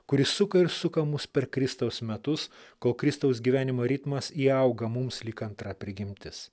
kuri suka ir suka mus per kristaus metus kol kristaus gyvenimo ritmas įauga mums lyg antra prigimtis